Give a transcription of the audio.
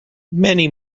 many